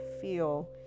feel